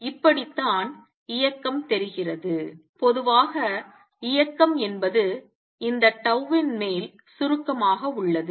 இப்படித்தான் இயக்கம் தெரிகிறது பொதுவான இயக்கம் என்பது இந்த tau ன் மேல் சுருக்கமாக உள்ளது